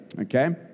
okay